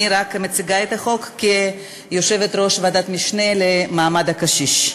אני רק מציגה את החוק כיושבת-ראש ועדת המשנה למעמד הקשיש.